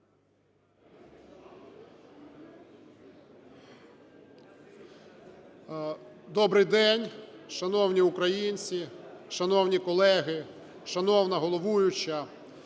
Добрий день, шановні українці, шановні колеги, шановна головуюча!